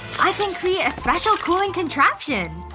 i can create a special cooling contraption.